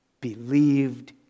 believed